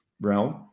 realm